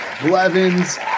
Blevins